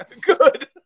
Good